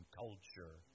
culture